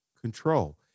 control